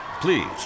Please